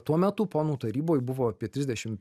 tuo metu ponų taryboj buvo apie trisdešim